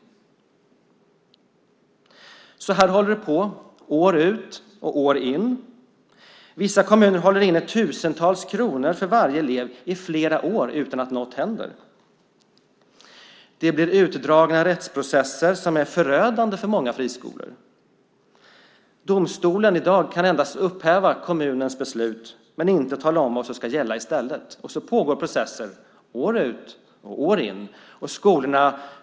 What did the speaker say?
Så här håller det på år ut och år in. Vissa kommuner håller inne tusentals kronor för varje elev i flera år utan att något händer. Det blir utdragna rättsprocesser som är förödande för många friskolor. Domstolen kan i dag endast upphäva kommunernas beslut men inte tala om vad som ska gälla i stället. Så pågår processen år ut och år in.